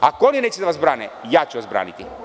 Ako oni neće da vas brane, ja ću vas braniti.